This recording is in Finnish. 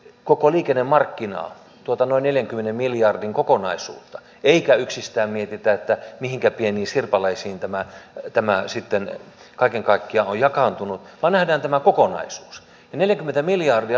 koko liikennemarkkinaa tuota noin neljänkymmenen miljardin kokonaisuutta eikä yksistään mietitä että mihinkä pieniin tätä on reserviläisten keskuudessa laajasti ylläpidetty harjoittelemalla omilla välineillä omalla ajalla ja omalla kustannuksella